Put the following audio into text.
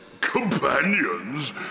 companions